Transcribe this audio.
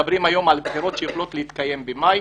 מדברים היום על בחירות שיכולות להתקיים במאי.